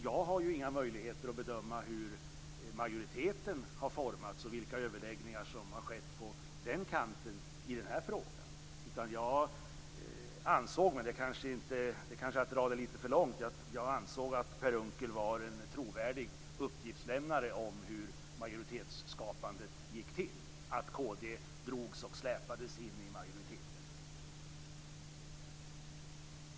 Jag har ju inga möjligheter att bedöma hur majoriteten har formats och vilka överläggningar som har skett på den kanten i den här frågan. Det kanske är att dra det lite för långt, men jag ansåg att Per Unckel var en trovärdig uppgiftslämnare om hur majoritetsskapandet gick till, att kd drogs och släpades in i majoriteten.